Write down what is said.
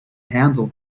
handled